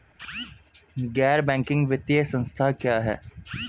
गैर बैंकिंग वित्तीय संस्था क्या है?